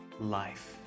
life